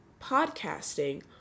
podcasting